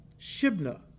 Shibna